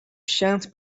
shan’t